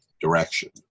direction